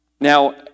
Now